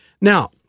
Now